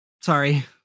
sorry